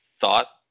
thought